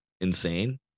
insane